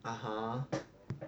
(uh huh)